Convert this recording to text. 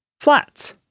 Flats